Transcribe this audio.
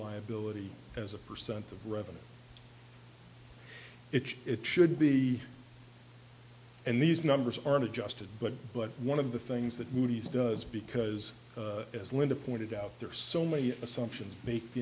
liability as a percent of revenue it should be and these numbers aren't adjusted but but one of the things that moody's does because as linda pointed out there are so many assumptions make